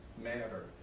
matter